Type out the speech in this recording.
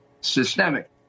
systemic